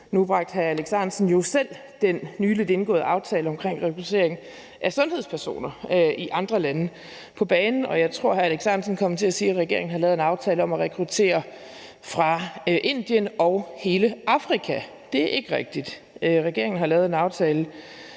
Nu bragte hr. Alex Ahrendtsen jo selv den nylig indgåede aftale om rekruttering af sundhedspersoner i andre lande på banen, og jeg tror, hr. Alex Ahrendtsen kom til at sige, at regeringen har lavet en aftale om at rekruttere fra Indien og hele Afrika. Det er ikke rigtigt. Regeringen har lavet en aftale